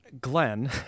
Glenn